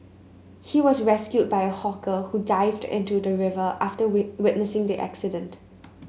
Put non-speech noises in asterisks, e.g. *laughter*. he was rescued by a hawker who dived into the river after *unintelligible* witnessing the accident